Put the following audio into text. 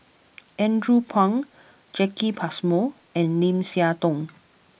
Andrew Phang Jacki Passmore and Lim Siah Tong